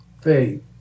faith